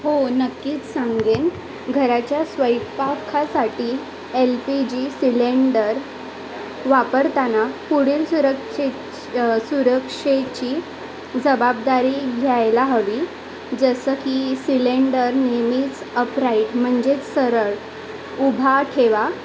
हो नक्कीच सांगेन घराच्या स्वयंपाकासाठी एल पी जी सिलेंडर वापरताना पुढील सुरक्षा सुरक्षेची जबाबदारी घ्यायला हवी जसं की सिलेंडर नेहमीच अपराईट म्हणजेच सरळ उभा ठेवा